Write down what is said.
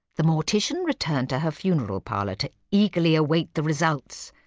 the mortician returned to her funeral parlour to eagerly await the results.